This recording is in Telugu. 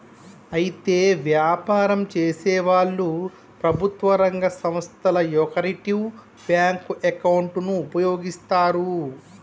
అయితే వ్యాపారం చేసేవాళ్లు ప్రభుత్వ రంగ సంస్థల యొకరిటివ్ బ్యాంకు అకౌంటును ఉపయోగిస్తారు